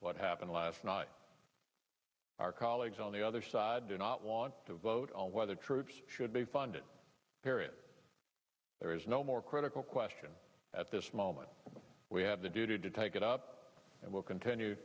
what happened last night our colleagues on the other side do not want to vote on whether troops should be funded period there is no more critical question at this moment we have the duty to take it up and we'll continue